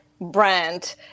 brand